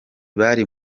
bari